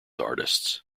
artists